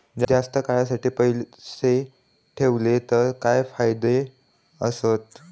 जास्त काळासाठी पैसे ठेवले तर काय फायदे आसत?